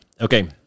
Okay